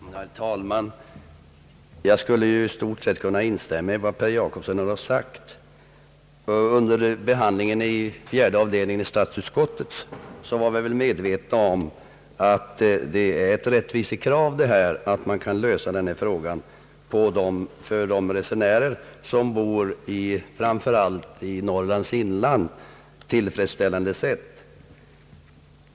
Herr talman! Jag skulle i stort sett kunna instämma i vad herr Per Jacobsson har sagt. Under behandlingen i statsutskottets fjärde avdelning var vi väl medvetna om att det är ett rättvisekrav att få denna fråga tillfredsställande löst, framför allt för dem som bor i Norrlands inland.